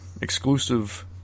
exclusive